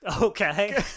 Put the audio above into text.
okay